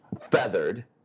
feathered